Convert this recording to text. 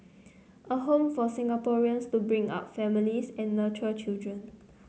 a home for Singaporeans to bring up families and nurture children